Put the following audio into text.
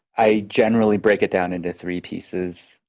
i generally break it down into three pieces.